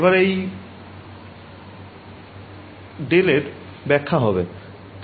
এবার এই ∇ এর ব্যখ্যা হবে